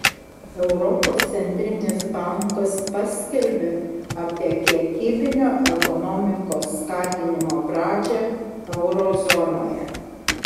europos centrinis bankas paskelbė apie kiekybinio ekonomikos skatinimo pradžią euro zonoje